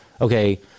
okay